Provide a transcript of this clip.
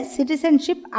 Citizenship